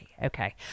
Okay